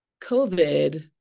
COVID